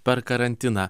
per karantiną